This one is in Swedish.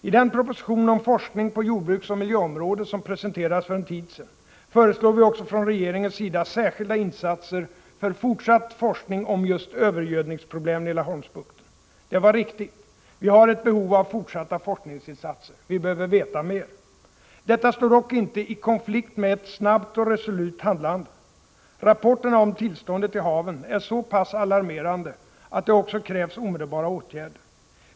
I den proposition om forskning på jordbruksoch miljöområdet som presenterades för en tid sedan föreslog vi också från regeringens sida särskilda insatser för fortsatt forskning om just övergödningsproblemen i Laholmsbukten. Det var riktigt. Vi har ett behov av fortsatta forskningsinsatser. Vi behöver veta mer. Detta står dock inte i konflikt med ett snabbt och resolut handlande. Rapporterna om tillståndet i haven är så pass alarmerande att det också krävs omedelbara åtgärder.